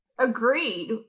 Agreed